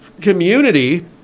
Community